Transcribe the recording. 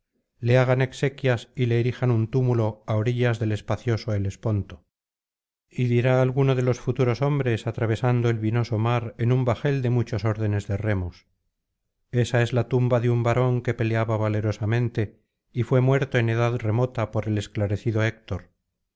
le hagan exequias y le erijan un túmulo á orillas del espacioso helesponto y dirá alguno de los futuros hombres atravesando el vinoso mar en un bajel de muchos órdenes de remos esa es a tuvpbcl de un varón que peleaba valerosamente y fué inuerto eñ edad remota por el esclarecido héctor